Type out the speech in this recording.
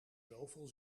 zoveel